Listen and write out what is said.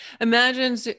Imagine